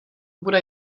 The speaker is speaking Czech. bude